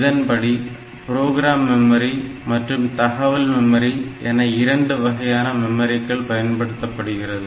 இதன்படி program memory மற்றும் தகவல் மெமரி என இரண்டு வகையான மெமரிக்கள் பயன்படுத்தப்படுகிறது